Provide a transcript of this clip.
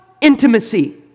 Intimacy